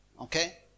Okay